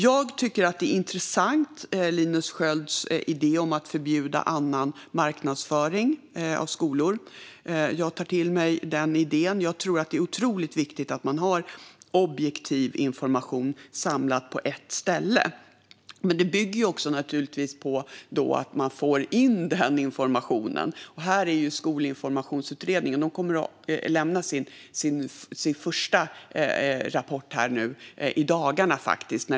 Jag tycker att Linus Skölds idé om att förbjuda annan marknadsföring av skolor är intressant. Jag tar till mig den idén. Jag tror att det är otroligt viktigt att man har objektiv information samlad på ett ställe. Men det bygger naturligtvis också på att man verkligen får in den informationen. Skolinformationsutredningen kommer att lämna sin första rapport nu i dagarna, faktiskt.